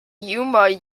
yuma